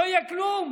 לא יהיה כלום.